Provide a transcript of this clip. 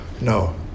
No